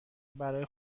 برای